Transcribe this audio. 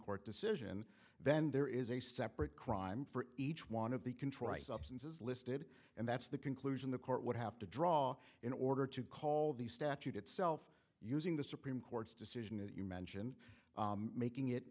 court decision then there is a separate crime for each one of the contrite substances listed and that's the conclusion the court would have to draw in order to call the statute itself using the supreme court's decision as you mention making it